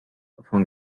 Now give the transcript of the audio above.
upon